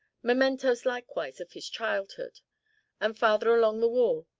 mementos likewise of his childhood and farther along the wall,